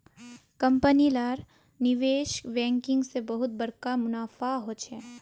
company लार निवेश banking से बहुत बड़का मुनाफा होचे